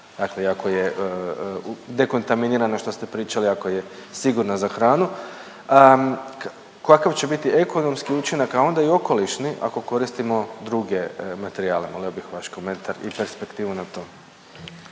dakle i ako je dekontaminirana što ste pričali, ako je sigurna za hranu kakav će biti ekonomski učinak, a onda i okolišni ako koristimo druge materijale. Molio bih vaš komentar i perspektivu na to.